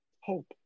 Hope